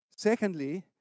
Secondly